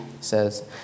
says